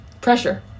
pressure